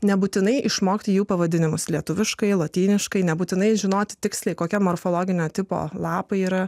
nebūtinai išmokti jų pavadinimus lietuviškai lotyniškai nebūtinai žinoti tiksliai kokia morfologinio tipo lapai yra